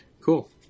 cool